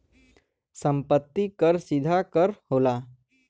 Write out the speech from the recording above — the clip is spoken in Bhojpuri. सम्पति कर सीधा कर होला